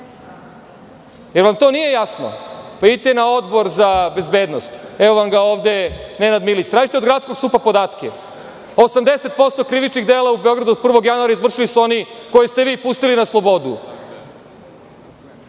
li vam to nije jasno? Vidite na Odboru za bezbednost, tu vam je Nenad Milić. Tražite od gradskog SUP podatke, 80% krivičnih dela u Beogradu od 1. januara izvršili su oni koje ste vi pustili na slobodu.